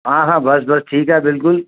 हा हा बस बस ठीकु आहे बिल्कुलु